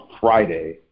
Friday